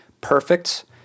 perfect